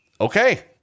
okay